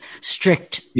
strict